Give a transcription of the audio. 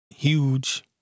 huge